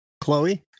Chloe